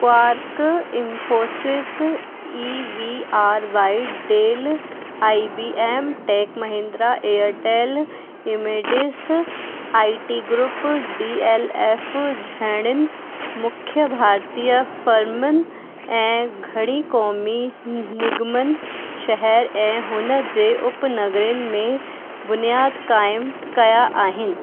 quark Infosys E V R Y Dell I B M Tech Mahindra Airtel इमेडिस I T group D L F जहिड़ियुनि मुख़्य भारतीय फ़र्मनि ऐं घड़ी क़ौमी निगमन शहरु ऐं हुन जे उपनगरिन में बुनियादु क़ाइमु कया आहिनि